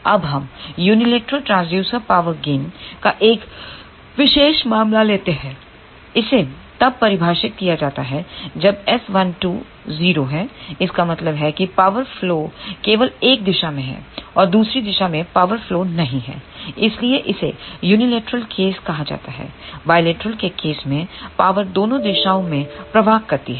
अब हम unilateral transducer power gain का एक विशेष मामला लेते हैं इसे तब परिभाषित किया जाता है जब S12 0 इसका मतलब है कि पावर फ्लो केवल एक दिशा में है और दूसरी दिशा में पावर फ्लो नहीं है इसीलिए इसे यूनिलैटरल केस कहा जाता है बाईलेटरल के केस में पावर दोनों दिशाओं में प्रवाह करती है